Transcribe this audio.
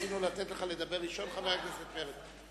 רצינו לתת לך לדבר ראשון, חבר הכנסת פרץ.